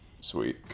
Sweet